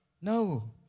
no